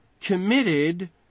committed